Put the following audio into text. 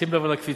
שים לב לקפיצה,